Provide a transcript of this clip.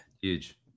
Huge